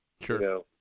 Sure